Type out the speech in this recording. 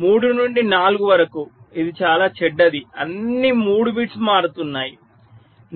3 నుండి 4 వరకు ఇది చాలా చెడ్డది అన్ని 3 బిట్స్ మారుతున్నాయి